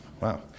Wow